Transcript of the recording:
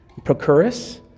Procurus